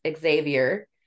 Xavier